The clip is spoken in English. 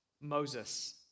Moses